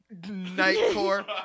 Nightcore